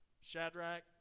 Shadrach